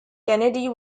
kennedy